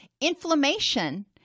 Inflammation